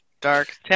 Dark